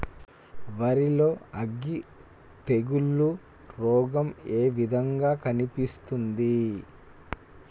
వరి లో అగ్గి తెగులు రోగం ఏ విధంగా కనిపిస్తుంది?